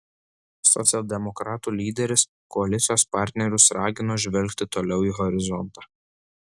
socialdemokratų lyderis koalicijos partnerius ragino žvelgti toliau į horizontą